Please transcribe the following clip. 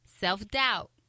self-doubt